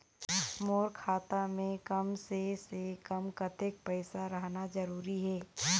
मोर खाता मे कम से से कम कतेक पैसा रहना जरूरी हे?